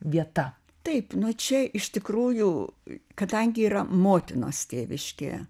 vieta taip nu čia iš tikrųjų kadangi yra motinos tėviškė